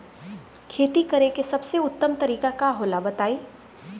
खेती करे के सबसे उत्तम तरीका का होला बताई?